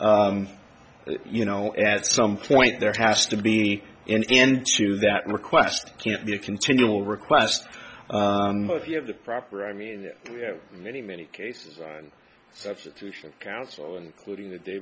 you know at some point there has to be an end to that request can't be a continual request if you have the proper i mean we have many many cases substitution counsel including the day